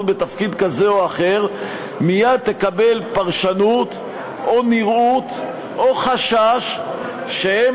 בתפקיד כזה או אחר מייד תקבל פרשנות או נראות או חשש שהן